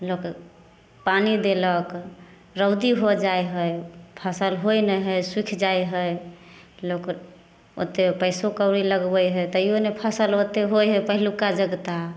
लोक पानि देलक रौदी हो जाइ हइ फसल होइ नहि हइ सुखि जाइ हइ लोक ओते पइसो कौड़ी लगबै हइ तैयो नहि फसल ओते होइ हइ पहिलुका जकाॅं